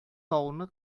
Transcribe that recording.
тауны